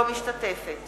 אינה משתתפת